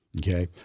okay